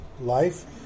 life